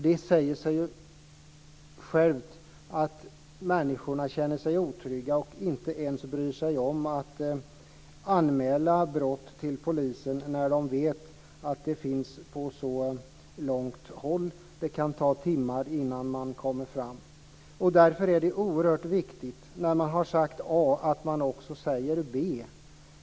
Det säger sig självt att människorna känner sig otrygga och inte ens bryr sig om att anmäla brott till polisen när de vet att den är så långt borta. Det kan ta timmar innan man kommer fram. Därför är det oerhört viktigt när man har sagt A att man också säger B.